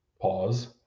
Pause